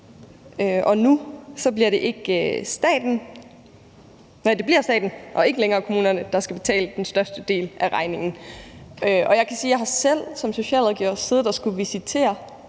og nu bliver det staten og ikke længere kommunerne, der skal betale den største del af regningen. Jeg kan sige, at jeg som socialrådgiver selv har siddet og skullet